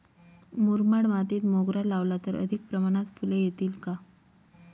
मुरमाड मातीत मोगरा लावला तर अधिक प्रमाणात फूले येतील का?